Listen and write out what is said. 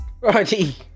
Righty